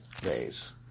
days